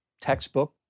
textbook